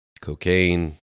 cocaine